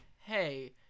Hey